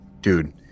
dude